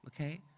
okay